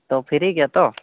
ᱛᱚ ᱯᱷᱨᱤ ᱜᱮᱭᱟ ᱛᱚ